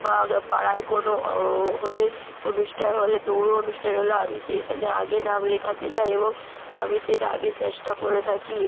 বা পাড়ায় কোনো হলে অনুষ্ঠান হলে দৌড় অনুষ্ঠান হলে আমি সেখানে আগে নাম লেখাতে যাই এবং আমি সেটা আগে চেষ্টা করে থাকি